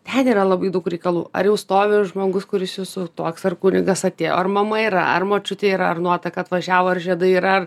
ten yra labai daug reikalų ar jau stovi žmogus kuris jūsų toks ar kunigas atėjo ar mama yra ar močiutė yra ar nuotaka atvažiavo ar žiedai yra